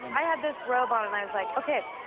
and i had this robe on. and i was like ok.